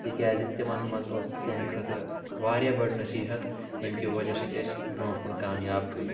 تِکیازِ تِمَن منٛز اوس سانہِ خٲطرٕ واریاہ بٔڑ نصیٖحت ییٚمہِ کہِ وجہ سۭتۍ أسۍ برونٛٹھ کُن کامیاب گٔے